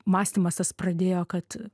mąstymas tas pradėjo kad